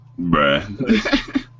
bruh